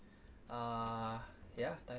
uh ya